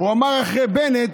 הוא אמר: אחרי בנט